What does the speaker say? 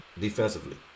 defensively